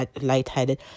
lightheaded